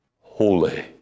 holy